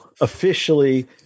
officially